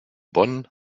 bonn